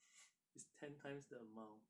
it's ten times the amount